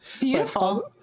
Beautiful